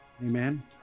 Amen